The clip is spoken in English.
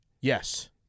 Yes